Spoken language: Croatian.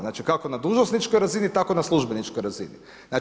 Znači kako na dužnosničkoj razini, tako i na službeničkoj razini.